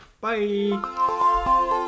Bye